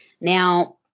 Now